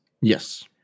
Yes